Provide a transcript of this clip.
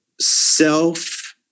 self